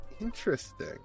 Interesting